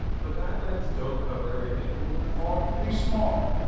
but guidelines don't cover everything. the word for it. be smart.